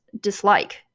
dislike